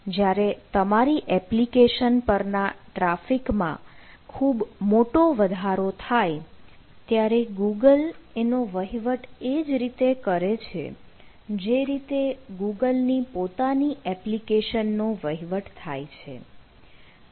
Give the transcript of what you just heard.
જ્યારે તમારી એપ્લિકેશન પર ના ટ્રાફિકમાં ખૂબ મોટો વધારો થાય ત્યારે ગૂગલ એનો વહીવટ એ જ રીતે કરે છે જે રીતે ગૂગલની પોતાની એપ્લિકેશનનો વહીવટ થાય છે